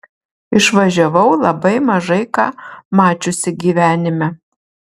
išvažiavau labai mažai ką mačiusi gyvenime